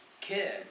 kid